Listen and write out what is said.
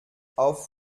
auf